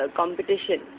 competition